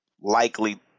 likely